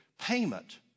payment